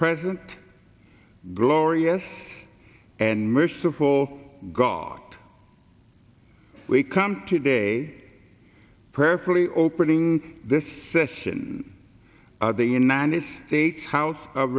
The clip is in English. present glorious and merciful god we come today perfectly opening this session of the united states house of